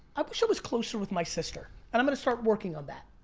i wish i was closer with my sister. and i'm gonna start working on that.